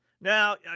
Now